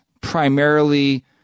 primarily